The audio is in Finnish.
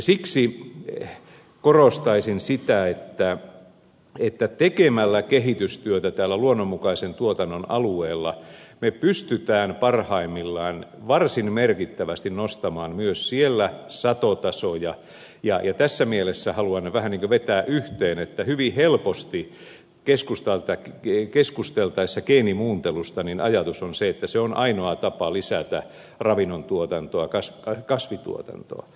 siksi korostaisin sitä että tekemällä kehitystyötä täällä luonnonmukaisen tuotannon alueella me pystymme parhaimmillaan varsin merkittävästi nostamaan myös siellä satotasoja ja tässä mielessä haluan vähän niin kuin vetää yhteen että hyvin helposti keskusteltaessa geenimuuntelusta ajatus on se että se on ainoa tapa lisätä ravinnontuotantoa kasvituotantoa